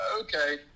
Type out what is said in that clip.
okay